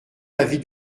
l’avis